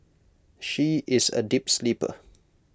she is A deep sleeper